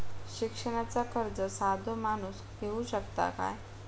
शिक्षणाचा कर्ज साधो माणूस घेऊ शकता काय?